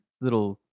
little